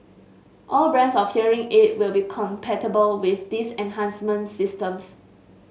all brands of hearing aid will be compatible with these enhancement systems